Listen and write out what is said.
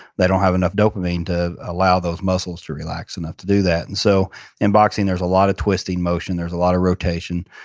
they don't have enough dopamine to allow those muscles to relax enough to do that and so in boxing, there's a lot of twisting motion, there's a lot of rotation.